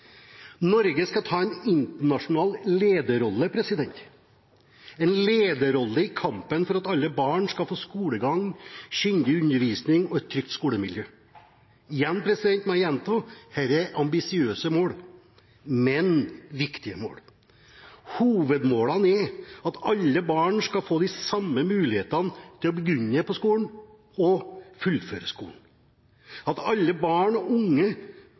Norge skal ta en internasjonal lederrolle, en lederrolle i kampen for at alle barn skal få skolegang, kyndig undervisning og et trygt skolemiljø. Igjen må jeg gjenta: Dette er ambisiøse mål, men viktige mål. Hovedmålene er at alle barn skal få de samme mulighetene til å begynne på skolen og til å fullføre skolen, at alle barn og unge